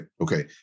okay